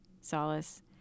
solace